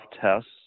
tests